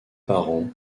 parents